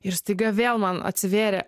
ir staiga vėl man atsivėrė